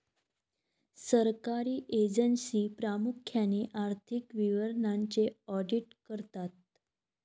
सरकारी एजन्सी प्रामुख्याने आर्थिक विवरणांचे ऑडिट करतात